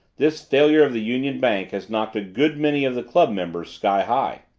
this failure of the union bank has knocked a good many of the club members sky high.